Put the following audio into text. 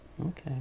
okay